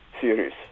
series